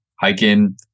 hiking